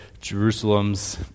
Jerusalem's